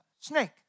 snake